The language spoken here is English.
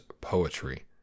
poetry